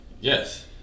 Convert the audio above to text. Yes